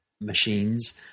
machines